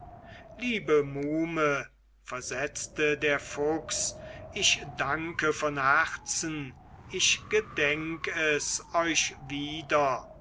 liebe muhme versetzte der fuchs ich danke von herzen ich gedenk es euch wieder